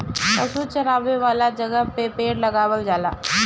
पशु चरावे वाला जगहे पे पेड़ लगावल जाला